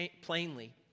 plainly